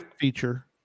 feature